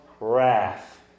wrath